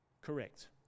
Correct